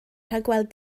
rhagweld